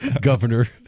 Governor